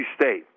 State